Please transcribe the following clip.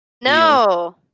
No